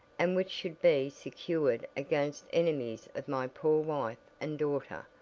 and which should be secured against enemies of my poor wife and daughter,